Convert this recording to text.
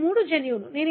ఇవి మూడు జన్యువులు